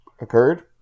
occurred